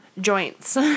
Joints